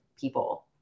people